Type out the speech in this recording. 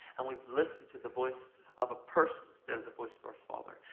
and we've listened to the voice of a person instead of the voice of our father.